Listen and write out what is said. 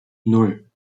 nan